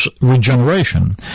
regeneration